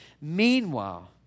Meanwhile